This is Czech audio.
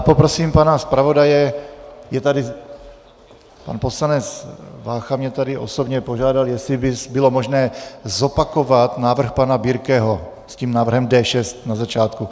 Poprosím pana zpravodaje, pan poslanec Vácha mě tady osobně požádal, jestli by bylo možné zopakovat návrh pana Birkeho s tím návrhem D6 na začátku.